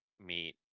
meet